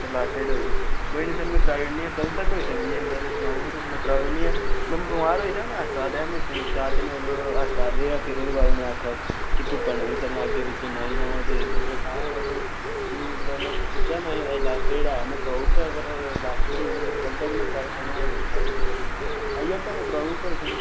sir last date होई दी कोई निं सर में कराई ओड़नी कदूं तक होई सकदी ऐ एह् सर सनाई ओड़ो तुस में कराई ओड़नी ऐ में बमार होई दा ना अस्पताल रेहा में तिन्न चार दिन मतलब अस्पताल रेहा फिर ओह्दे बाद उ'नें आखेआ कि धुप्पा नेईं चलना अग्गें पिच्छें नेईं जाना ते में तां मतलब मी वीकनैस में सोच्चेआ में अजें लास्ट डेट ऐ में कराई ओड़गा पर लास्ट डेट होई गेई पर कदूं तक्कर में कराई सकनां एह् सनाई ओड़ो सर में आई जाह्गा में कराई ओड़गा तुसें गी